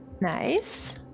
Nice